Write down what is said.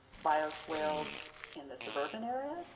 bioswales in the suburban areas,